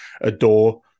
adore